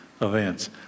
events